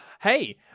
Hey